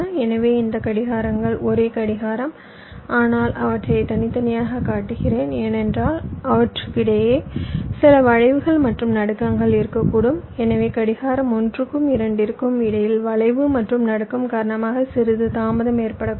எனவே இந்த கடிகாரங்கள் ஒரே கடிகாரம் ஆனால் அவற்றைத் தனித்தனியாகக் காட்டுகிறேன் ஏனென்றால் அவற்றுக்கிடையே சில வளைவுகள் மற்றும் நடுக்கங்கள் இருக்கக்கூடும் எனவே கடிகாரம் ஒன்றுக்கும் இரண்டிற்கும் இடையில் வளைவு மற்றும் நடுக்கம் காரணமாக சிறிது தாமதம் ஏற்படக்கூடும்